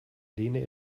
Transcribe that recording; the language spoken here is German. lehne